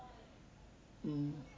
mm